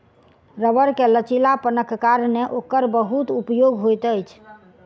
रबड़ के लचीलापनक कारणेँ ओकर बहुत उपयोग होइत अछि